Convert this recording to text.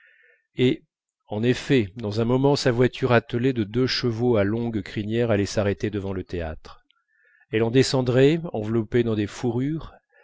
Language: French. et en effet dans un moment sa voiture attelée de deux chevaux à longue crinière allait s'arrêter devant le théâtre elle en descendrait enveloppée dans des fourrures